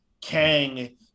Kang